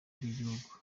bw’igihugu